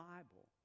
Bible